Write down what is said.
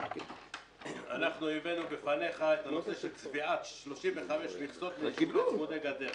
אנחנו הבאנו בפניך את הנושא של צביעת 35 מכסות ליישובים צמודי גדר.